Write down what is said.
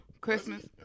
Christmas